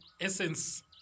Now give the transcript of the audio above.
essence